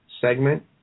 segment